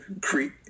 create